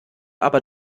aber